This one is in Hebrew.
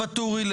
ואטורי,